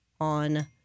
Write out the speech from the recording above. on